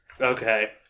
Okay